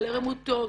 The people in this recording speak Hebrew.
כולל עמותות.